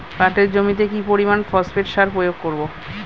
পাটের জমিতে কি পরিমান ফসফেট সার প্রয়োগ করব?